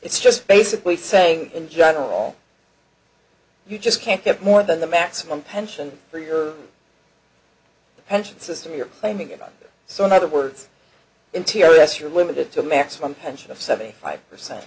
it's just basically saying in general you just can't get more than the maximum pension for your pension system you're claiming it so in other words interiors you're limited to a maximum pension of seventy five percent